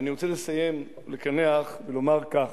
אני רוצה לסיים, לקנח, ולומר כך: